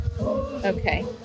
Okay